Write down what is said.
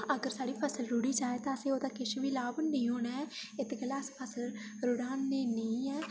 अगर साढ़ी फसल रुढ़ी जा तां असें ओह्दा किश बी लाभ नेईं होना ऐ कि इत्त गल्ला अस रुढ़ानें निं ऐ